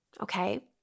okay